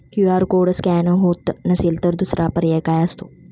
QR code scan होत नसेल तर दुसरा पर्याय काय असतो?